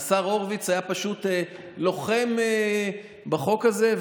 השר הורוביץ היה פשוט לוחם בחוק הזה.